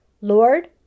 Lord